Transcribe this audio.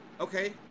Okay